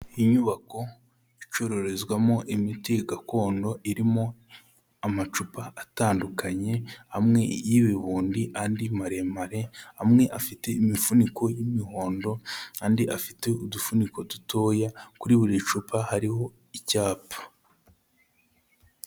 Inyubako icururizwamo imiti gakondo irimo amacupa atandukanye, amwe y'ibihumbi andi maremare, amwe afite imifuniko y'imihondo, andi afite udufuniko dutoya, kuri buri cupa hariho icyapa.